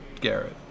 Garrett